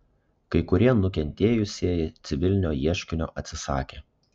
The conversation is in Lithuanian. kai kurie nukentėjusieji civilinio ieškinio atsisakė